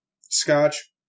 scotch